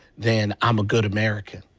then i am a good american.